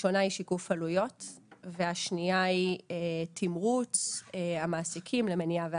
הראשונה היא שיקוף עלויות והשנייה היא תמרוץ המעסיקים למניעה ואכיפה.